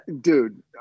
dude